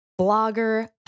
blogger